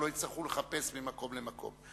ולא יצטרכו לחפש ממקום למקום.